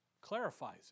Clarifies